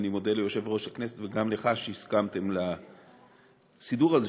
ואני מודה ליושב-ראש הכנסת וגם לך שהסכמתם לסידור הזה,